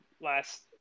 last